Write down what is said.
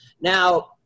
Now